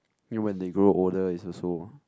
then when they grow older is also